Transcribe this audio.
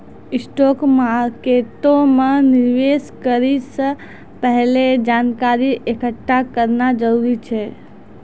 stock मार्केटो मे निवेश करै से पहिले जानकारी एकठ्ठा करना जरूरी छै